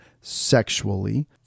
sexually